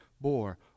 bore